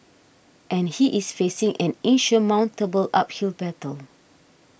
and he is facing an insurmountable uphill battle